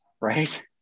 right